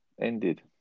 ended